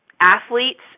athletes